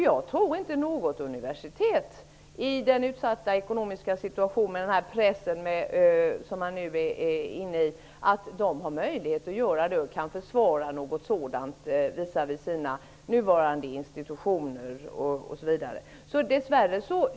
Jag tror inte att något universitet, med den utsatta ekonomiska situation och den press de nu är utsatta för, har möjlighet att göra något sådant och att det kan försvara en sådan åtgärd visavi sina nuvarande institutioner.